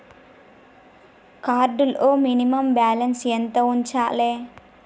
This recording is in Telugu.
కార్డ్ లో మినిమమ్ బ్యాలెన్స్ ఎంత ఉంచాలే?